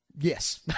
Yes